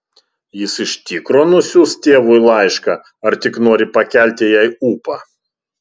jis iš tikro nusiųs tėvui laišką ar tik nori pakelti jai ūpą